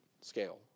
scale